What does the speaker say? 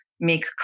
make